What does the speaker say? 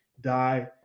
die